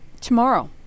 tomorrow